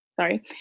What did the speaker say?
sorry